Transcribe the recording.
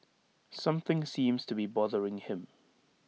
something seems to be bothering him